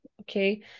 okay